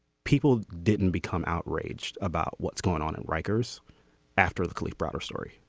people didn't become outraged about what's going on in rikers after the police broader story.